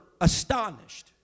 astonished